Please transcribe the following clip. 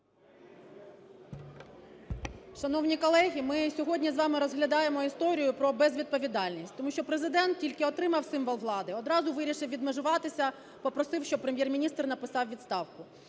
Шановні колеги, ми сьогодні з вами розглядаємо історію про безвідповідальність, тому що Президент тільки отримав символ влади - одразу вирішив відмежуватися, попросив, щоб Прем’єр-міністр написав відставку.